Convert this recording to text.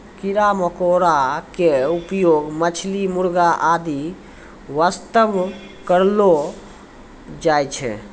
कीड़ा मकोड़ा के उपयोग मछली, मुर्गी आदि वास्तॅ करलो जाय छै